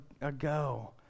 ago